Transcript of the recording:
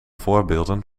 voorbeelden